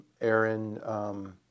Aaron